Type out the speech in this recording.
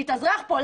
להתאזרח פה,